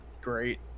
great